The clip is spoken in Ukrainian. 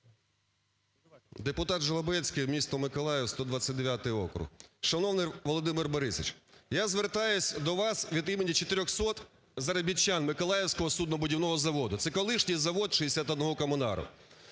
Депутат Жолобецький, місто Миколаїв, 129 округ. Шановний Володимир Борисович, я звертаюся до вас від імені чотирьохсот заробітчан Миколаївського суднобудівного заводу. Це колишній завод "61 комунара".